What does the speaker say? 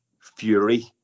fury